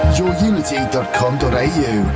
yourunity.com.au